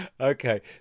Okay